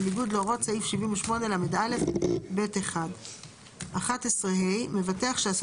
בניגוד להוראות סעיף 78לא(ב)(1); (11ה) מבטח שעשה